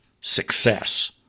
success